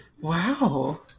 Wow